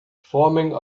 forming